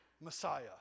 Messiah